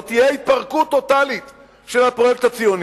זו תהיה התפרקות טוטלית של הפרויקט הציוני.